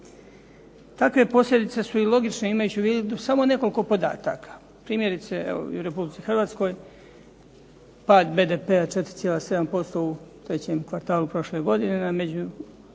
Takve posljedice su i logične imajući u vidu samo nekoliko podataka. Primjerice evo u Republici Hrvatskoj pad BDP-a 4,7% u trećem kvartalu prošle godine na